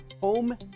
home